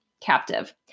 captive